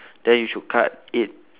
then you should cut it